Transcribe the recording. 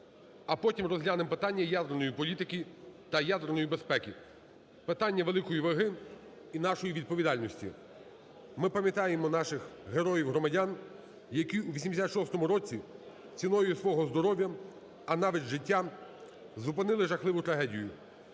а потім розглянемо питання ядерної політики та ядерної безпеки, питання великої ваги і нашої відповідальності. Ми пам'ятаємо наших героїв громадян, які у 86-му році ціною свого здоров'я і навіть життя зупинили жахливу трагедію,